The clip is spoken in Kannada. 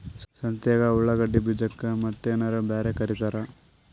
ಸಂತ್ಯಾಗ ಉಳ್ಳಾಗಡ್ಡಿ ಬೀಜಕ್ಕ ಮತ್ತೇನರ ಬ್ಯಾರೆ ಕರಿತಾರ?